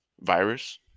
virus